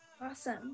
Awesome